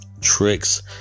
tricks